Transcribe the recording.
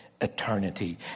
eternity